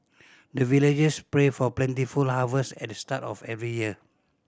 the villagers pray for plentiful harvest at the start of every year